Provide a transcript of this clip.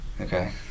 Okay